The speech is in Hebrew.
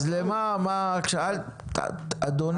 אדוני,